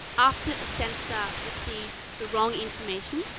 after a sensor received the wrong information,